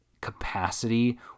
capacity